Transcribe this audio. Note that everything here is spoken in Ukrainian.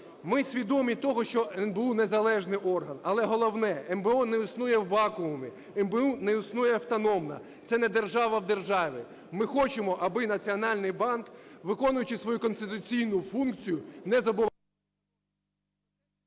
Ми свідомі того, що НБУ незалежний орган, але головне: НБУ не існує у вакуумі, НБУ не існує автономно, це не держава в державі. Ми хочемо, аби Національний банк, виконуючи свою конституційну функцію, не забував...